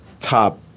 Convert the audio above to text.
top